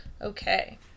Okay